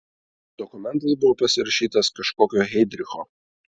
dokumentas buvo pasirašytas kažkokio heidricho